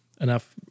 enough